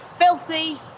Filthy